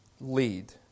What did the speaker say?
lead